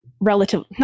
relatively